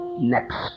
next